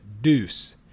Deuce